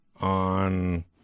on